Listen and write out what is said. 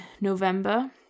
November